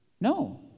No